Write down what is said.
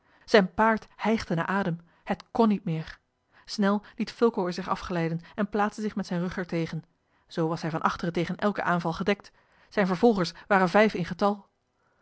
zijn paard hijgde naar adem het kon niet meer snel liet fulco er zich afglijden en plaatste zich met zijn rug er tegen zoo was hij van achteren tegen elken aanval gedekt zijne vervolgers waren vijf in getal